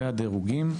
והדירוגים.